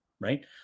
right